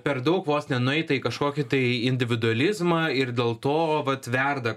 per daug vos nenueita į kažkokį tai individualizmą ir dėl to vat verda